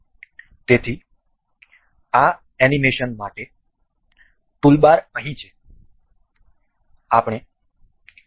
તેથી આ એનિમેશન માટે ટૂલબાર અહીં છે